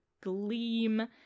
gleam